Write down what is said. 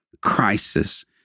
Crisis